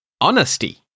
honesty